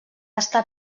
estar